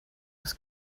des